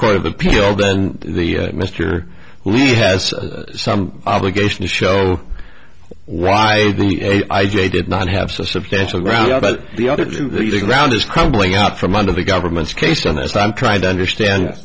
court of appeal then the mr levy has some obligation to show why the a i j did not have substantial ground but the other two the ground is crumbling out from under the government's case and that's what i'm trying to understand